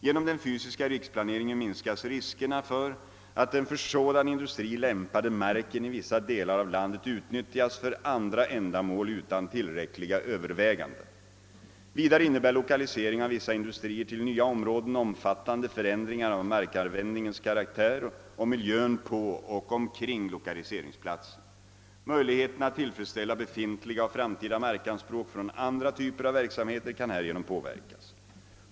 Genom den fysiska riksplaneringen minskas riskerna för att den för sådan industri lämpade marken i vissa delar av landet utnyttjas för andra ändamål utan tillräckliga överväganden. Vidare innebär lokalisering av vissa industrier till nya områden omfattande förändringar av markanvändningens karaktär och miljön på och omkring lokaliseringsplatsen. Möjligheterna att tillfredsställa befintliga och framtida markanspråk från andra typer av verksamheter kan härigenom påverkas.